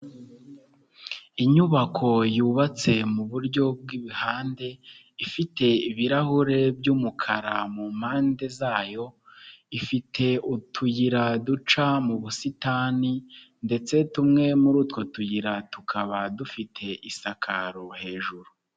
Inyubako yubatse mu buryo bw'imihande ifite ibirahure by'umukara mu mpande zayo, ifite utuyira duca mu busitani ndetse tumwe muri utwo tuyira tukaba dufite isakaro hejuru.